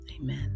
Amen